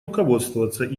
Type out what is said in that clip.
руководствоваться